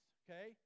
okay